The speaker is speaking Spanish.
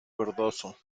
verdoso